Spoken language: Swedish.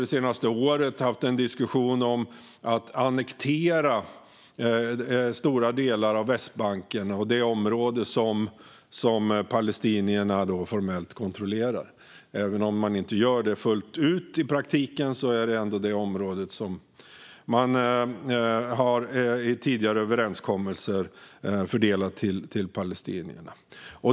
Det senaste året har det förts en diskussion om att annektera stora delar av Västbanken och det område som palestinierna formellt kontrollerar. Även om detta inte görs fullt ut i praktiken är det ändå det område som i tidigare överenskommelser har fördelats till palestinierna.